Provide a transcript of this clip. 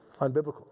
unbiblical